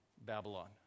Babylon